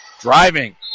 driving